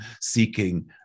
seeking